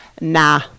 nah